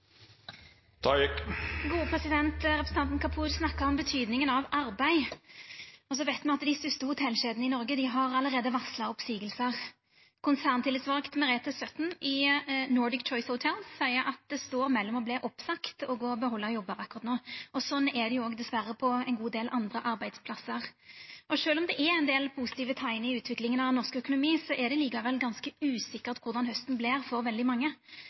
Representanten Kapur snakka om betydinga av arbeid. Så veit me at dei største hotellkjedene i Noreg allereie har varsla oppseiingar. Konserntillitsvald Merethe Sutton i Nordic Choice Hotels seier at det står mellom å verta oppsagt og å behalda jobbar akkurat no. Sånn er det dessverre òg på ein god del andre arbeidsplassar. Og sjølv om det er ein del positive teikn i utviklinga av norsk økonomi, er det likevel ganske usikkert korleis hausten vert for veldig mange.